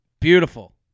Beautiful